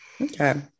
Okay